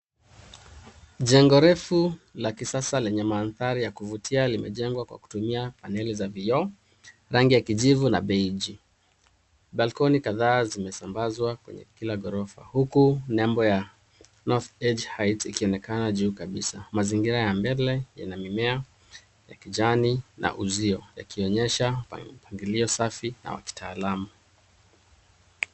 Jengo refu la kisasa lenye mandhari ya kuvutia limejengwa kwa kutumia paneli za vioo ,rangi ya kijivu na belge . Balcony kadhaa zimesambazwa kwenye kila ghorofa huku lebo ya NORTH EDGE HEIGHTS ikionekana juu kabisa. Mazingira ya mbele ina mimea ya kijani na uzio yakionyesha mpangilio safi na wa kitaalum.